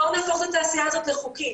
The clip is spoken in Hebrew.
בואו נהפוך את התעשיה הזאת לחוקית.